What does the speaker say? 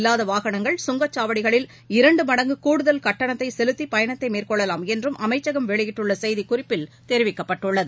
இல்லாதவாகனங்கள் கங்கசாவடிகளில் FASTag இரண்டுமடங்குகூடுதல் கட்டணத்தைசெலுத்திபயணத்தைமேற்கொள்ளலாம் என்றும் அமைச்சகம் வெளியிட்டுள்ளசெய்திக் குறிப்பில் தெரிவிக்கப்பட்டுள்ளது